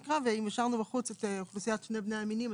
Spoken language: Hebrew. והשארנו בחוץ את אוכלוסיית שני בני המינים.